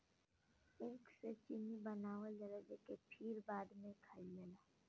ऊख से चीनी बनावल जाला जेके फिर बाद में खाइल जाला